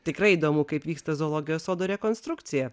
tikrai įdomu kaip vyksta zoologijos sodo rekonstrukcija